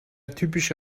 typische